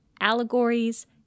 allegories